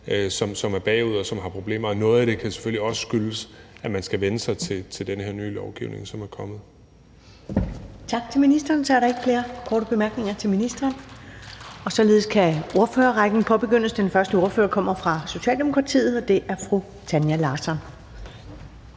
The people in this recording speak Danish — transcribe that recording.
som er bagud, og som har problemer. Noget af det kan selvfølgelig også skyldes, at man skal vænne sig til den her nye lovgivning, som er kommet. Kl. 13:16 Første næstformand (Karen Ellemann): Tak til ministeren, og så er der ikke flere korte bemærkninger til ministeren. Således kan ordførerrækken påbegyndes. Den første ordfører kommer fra Socialdemokratiet, og det er fru Tanja Larsson.